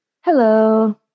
Hello